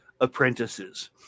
apprentices